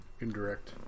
Indirect